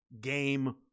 game